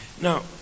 Now